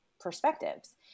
perspectives